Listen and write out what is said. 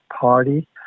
party